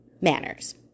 manners